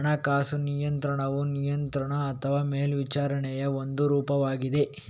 ಹಣಕಾಸಿನ ನಿಯಂತ್ರಣವು ನಿಯಂತ್ರಣ ಅಥವಾ ಮೇಲ್ವಿಚಾರಣೆಯ ಒಂದು ರೂಪವಾಗಿದೆ